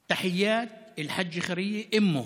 את הברכה של אל-חאג'ה ח'ירייה, אימו.)